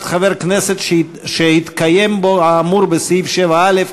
חבר הכנסת שהתקיים בו האמור בסעיף 7א),